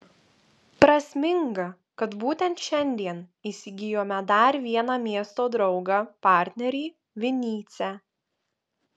prasminga kad būtent šiandien įsigijome dar vieną miesto draugą partnerį vinycią